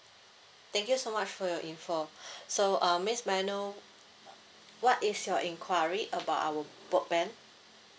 thank you so much for your info so uh miss may I know what is your inquiry about our broadband